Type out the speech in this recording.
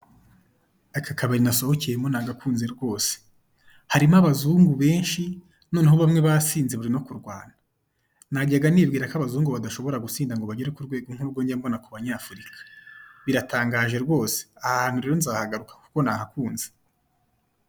Aka kabari nasohokeyemo nagakunze rwose, harimo Abazungu benshi noneho bamwe basinze bari no kurwana, najyaga nibwira ko Abazungu badashobora gutsindada ngo bagere ku rwego nk'urwo njya mbona ku Banyafurika, biratangaje rwose aha hantu rero nzahagaruka kuko nahakunze.